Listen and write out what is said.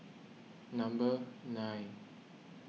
number nine